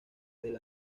del